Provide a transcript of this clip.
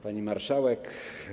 Pani Marszałek!